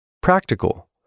Practical